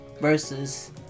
versus